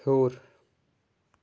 ہیوٚر